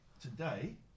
today